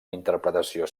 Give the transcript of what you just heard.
interpretació